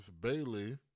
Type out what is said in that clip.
Bailey